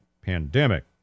pandemic